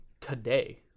today